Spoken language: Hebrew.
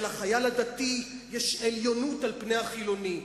שלחייל הדתי יש עליונות על פני החילוני,